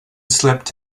slipped